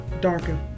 darker